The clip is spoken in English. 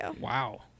wow